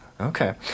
Okay